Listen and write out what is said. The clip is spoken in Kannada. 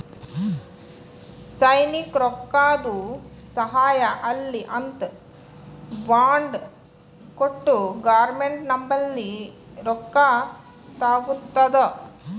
ಸೈನ್ಯಕ್ ರೊಕ್ಕಾದು ಸಹಾಯ ಆಲ್ಲಿ ಅಂತ್ ಬಾಂಡ್ ಕೊಟ್ಟು ಗೌರ್ಮೆಂಟ್ ನಂಬಲ್ಲಿ ರೊಕ್ಕಾ ತಗೊತ್ತುದ